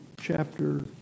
chapter